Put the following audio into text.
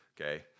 okay